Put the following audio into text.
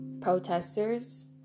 protesters